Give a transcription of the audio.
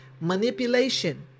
manipulation